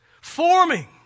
forming